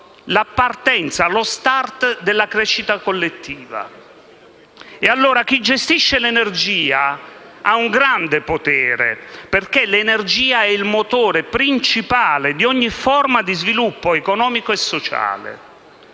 la partenza, lo *start* della crescita collettiva. E allora, chi gestisce l'energia ha un grande potere, perché l'energia è il motore principale di ogni forma di sviluppo economico e sociale.